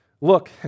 Look